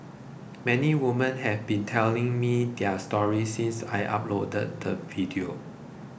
many women have been telling me their stories since I uploaded the video